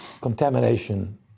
contamination